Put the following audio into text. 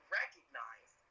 recognize